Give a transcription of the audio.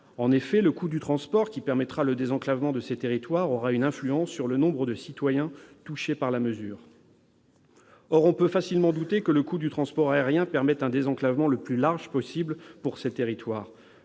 En effet, le coût du transport qui permettra le désenclavement de ces territoires aura une influence sur le nombre de citoyens touchés par la mesure. Or on peut facilement douter que le coût du transport aérien permette un désenclavement le plus large possible pour ces territoires.